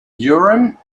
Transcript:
urim